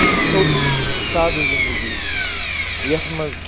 سیود سادٕ زِنٛدگی یَتھ منٛز